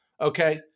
Okay